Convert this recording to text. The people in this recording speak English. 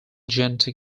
genetic